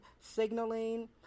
signaling